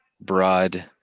broad